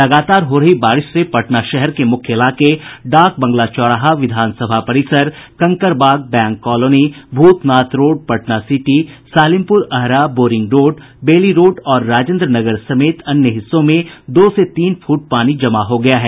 लगातार हो रही बारिश से पटना शहर के मुख्य इलाके डाक बंगला चौराहा विधानसभा परिसर Kankarbagh bank colony Bhootnath road Patna city Salimpur Ahra boring road Bailey road और राजेंद्र नगर समेत अन्य हिस्सों में दो से तीन फूट पानी जमा हो गया है